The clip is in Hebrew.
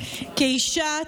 כאישה,